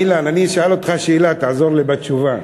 אילן, אני אשאל אותך שאלה, תעזור לי בתשובה.